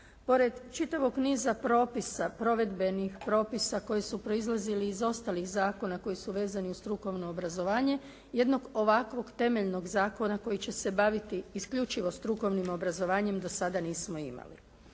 Pored čitavog niza propisa, provedbenih propisa koji su proizlazili iz ostalih zakona koji su vezani uz strukovno obrazovanje, jednog ovakvog temeljnog zakona koji će se baviti isključivo strukovnim obrazovanjem do sada nismo imali.